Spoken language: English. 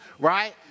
Right